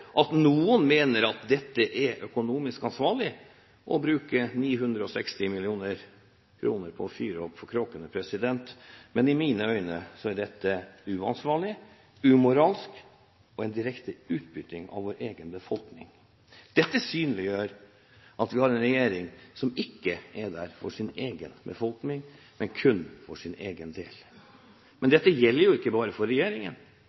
at noen mener at det er økonomisk ansvarlig å bruke 960 mill. kr på å fyre opp for kråkene, men i mine øyne er dette uansvarlig og umoralsk og en direkte utbytting av vår egen befolkning. Dette synliggjør at vi har en regjering som ikke er der for sin egen befolkning – kun for sin egen del. Dette gjelder jo ikke bare regjeringen; Venstre, Høyre og Kristelig Folkeparti har stemt for